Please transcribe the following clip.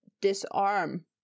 disarm